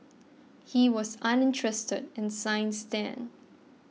he was uninterested in science then